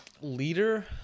leader